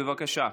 בבקשה.